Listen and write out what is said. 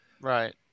Right